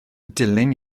dilin